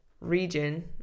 region